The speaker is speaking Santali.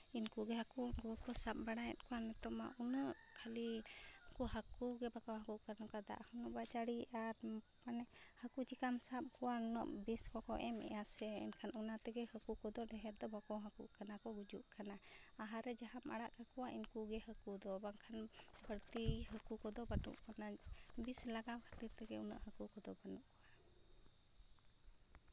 ᱤᱱᱠᱩ ᱜᱮ ᱦᱟᱹᱠᱩ ᱩᱱᱠᱩ ᱜᱮᱠᱚ ᱥᱟᱵᱽ ᱵᱟᱲᱟᱭᱮᱫ ᱠᱚᱣᱟ ᱱᱤᱛᱳᱜ ᱢᱟ ᱩᱱᱟᱹᱜ ᱠᱷᱟᱹᱞᱤ ᱩᱱᱠᱩ ᱦᱟᱹᱠᱩ ᱜᱮ ᱵᱟᱠᱚ ᱦᱟᱹᱠᱩᱜ ᱠᱟᱱᱟ ᱚᱱᱠᱟ ᱫᱟᱜ ᱦᱚᱸ ᱩᱱᱟᱹᱜ ᱵᱟᱭ ᱡᱟᱹᱲᱤᱭᱮᱫᱼᱟ ᱟᱨ ᱢᱟᱱᱮ ᱦᱟᱹᱠᱩ ᱪᱤᱠᱟᱹᱢ ᱥᱟᱵᱽ ᱠᱚᱣᱟ ᱩᱱᱟᱹᱜ ᱵᱤᱥ ᱠᱚᱠᱚ ᱮᱢᱮᱫᱼᱟ ᱥᱮ ᱮᱱᱠᱷᱟᱱ ᱚᱱᱟ ᱛᱮᱜᱮ ᱦᱟᱹᱠᱩ ᱠᱚᱫᱚ ᱰᱷᱮᱨ ᱫᱚ ᱵᱟᱠᱚ ᱦᱟᱹᱠᱩᱜ ᱠᱟᱱᱟ ᱠᱚ ᱜᱩᱡᱩᱜ ᱠᱟᱱᱟ ᱟᱦᱟᱨ ᱨᱮ ᱡᱟᱦᱟᱸᱢ ᱟᱰᱟᱜ ᱠᱟᱠᱚᱣᱟ ᱤᱱᱠᱩ ᱜᱮ ᱦᱟᱹᱠᱩ ᱫᱚ ᱵᱟᱝᱠᱷᱟᱱ ᱵᱟᱹᱲᱛᱤ ᱦᱟᱹᱠᱩ ᱠᱚᱫᱚ ᱵᱟᱹᱱᱩᱜ ᱠᱚᱣᱟ ᱵᱤᱥ ᱞᱟᱜᱟᱣ ᱠᱷᱟᱹᱛᱤᱨ ᱛᱮᱜᱮ ᱩᱱᱟᱹᱜ ᱦᱟᱹᱠᱩ ᱠᱚᱫᱚ ᱵᱟᱹᱱᱩᱜ ᱠᱚᱣᱟ